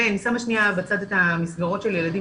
אני שמה שניה בצד את מסגרות הילדים